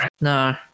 No